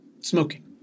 smoking